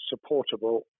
supportable